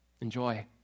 Enjoy